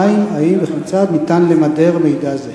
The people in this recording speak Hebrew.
2. האם וכיצד ניתן למדר מידע זה?